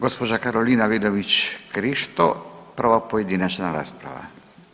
Gospođa Karolina Vidović Krišto, prva pojedinačna rasprava.